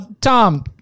Tom